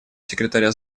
секретаря